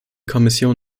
kommission